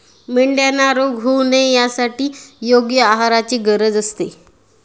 मेंढ्यांना रोग होऊ नये यासाठी योग्य आहाराची गरज असते